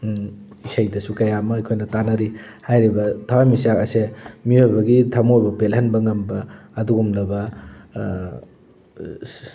ꯏꯁꯩꯗꯁꯨ ꯀꯌꯥ ꯑꯃ ꯑꯩꯈꯣꯏꯅ ꯇꯥꯟꯅꯔꯤ ꯍꯥꯏꯔꯤꯕ ꯊꯋꯥꯟ ꯃꯤꯆꯥꯛ ꯑꯁꯦ ꯃꯤꯑꯣꯏꯕꯒꯤ ꯊꯃꯣꯏꯕꯨ ꯄꯦꯜꯂꯟꯕ ꯉꯝꯕ ꯑꯗꯨꯒꯨꯝꯂꯕ ꯑꯁ ꯑꯁ